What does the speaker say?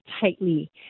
tightly